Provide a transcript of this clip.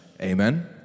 Amen